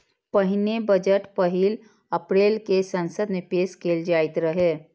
पहिने बजट पहिल अप्रैल कें संसद मे पेश कैल जाइत रहै